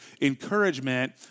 encouragement